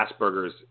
Asperger's